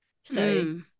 So-